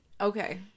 okay